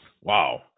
Wow